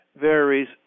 varies